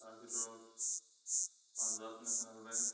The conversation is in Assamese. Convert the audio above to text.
তাৰ ভিতৰত পাঞ্জাৱ নেশ্যনেল বেংক